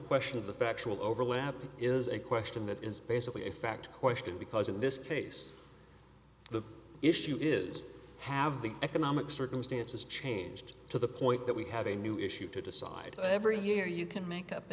question of the factual overlap is a question that is basically a fact question because in this case the issue is have the economic circumstances changed to the point that we have a new issue to decide every year you can make up a